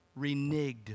reneged